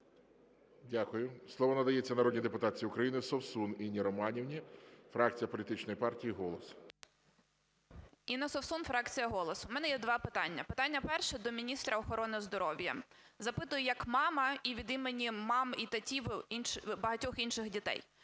Дякую. Слово надається народній депутатці України Совсун Інні Романівні, фракція політичної партії "Голос". 11:49:46 СОВСУН І.Р. Інна Совсун, фракція "Голос". В мене є два питання. Питання перше до міністра охорони здоров'я. Запитую як мама і від імені мам і татів багатьох інших дітей.